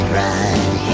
right